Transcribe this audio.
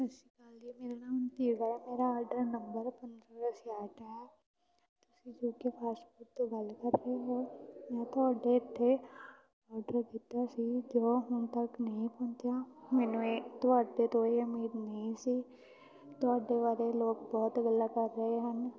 ਸਤਿ ਸ਼੍ਰੀ ਅਕਾਲ ਜੀ ਮੇਰਾ ਨਾਮ ਦਿਵਾ ਹੈ ਮੇਰਾ ਔਡਰ ਨੰਬਰ ਪੰਦਰਾਂ ਛਿਆਹਠ ਹੈ ਤੁਸੀਂ ਯੂ ਕੇ ਫਾਸਟ ਫੂਡ ਤੋਂ ਗੱਲ ਕਰ ਰਹੇ ਹੋ ਮੈਂ ਤੁਹਾਡੇ ਇੱਥੇ ਔਡਰ ਕੀਤਾ ਸੀ ਜੋ ਹੁਣ ਤੱਕ ਨਹੀਂ ਪਹੁੰਚਿਆ ਮੈਨੂੰ ਇਹ ਤੁਹਾਡੇ ਤੋਂ ਇਹ ਉਮੀਦ ਨਹੀਂ ਸੀ ਤੁਹਾਡੇ ਬਾਰੇ ਲੋਕ ਬਹੁਤ ਗੱਲਾਂ ਕਰ ਰਹੇ ਹਨ